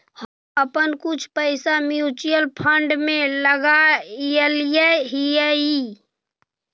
हम अपन कुछ पैसे म्यूचुअल फंड में लगायले हियई